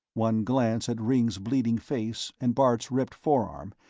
one glance at ringg's bleeding face and bart's ripped forearm,